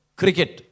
cricket